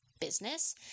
business